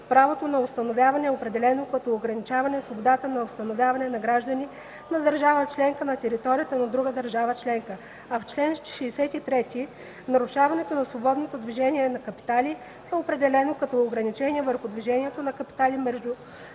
правото на установяване е определено като ограничаване „свободата на установяване на граждани на държава членка на територията на друга държава членка”, а в чл. 63 нарушаването на свободното движение на капитали е определено като „ограничения върху движението на капитали между